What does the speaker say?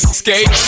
skate